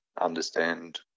understand